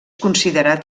considerat